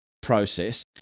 process